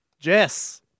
Jess